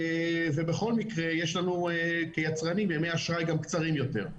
ובכל מקרה יש לנו כיצרנים ימי אשראי גם קצרים יותר.